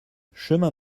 chemin